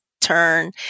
turn